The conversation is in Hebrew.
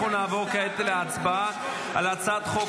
אנחנו נעבור כעת להצבעה על הצעת חוק